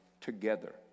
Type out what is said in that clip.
together